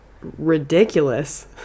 ridiculous